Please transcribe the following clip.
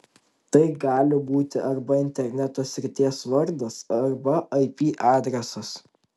tai gali būti arba interneto srities vardas arba ip adresas